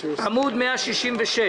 עמוד 166,